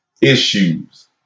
issues